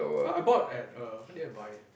I I bought at err when did I buy it